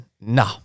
no